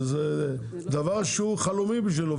זה דבר שהוא חלומי בשביל עובד זר.